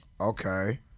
Okay